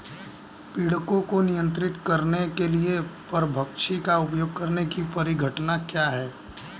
पीड़कों को नियंत्रित करने के लिए परभक्षी का उपयोग करने की परिघटना क्या है?